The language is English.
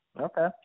Okay